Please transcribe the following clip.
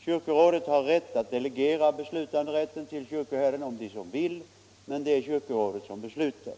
Kyrkorådet har rätt att delegera beslutanderätten till kyrkoherden om det så vill, men det är kyrkorådet som beslutar.